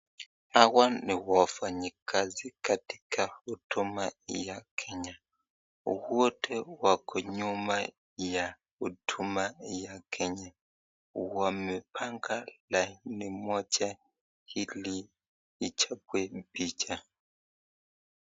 Hawa ni wafanyikazi katika huduma ya Kenya. Wote wako nyuma ya huduma ya Kenya. Wamepanga laini moja ili ichukue picha.